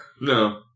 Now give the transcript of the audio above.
No